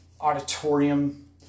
auditorium